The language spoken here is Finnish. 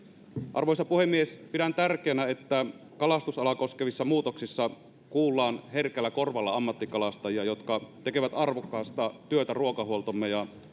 arvoisa puhemies pidän tärkeänä että kalastusalaa koskevissa muutoksissa kuullaan herkällä korvalla ammattikalastajia jotka tekevät arvokasta työtä ruokahuoltomme ja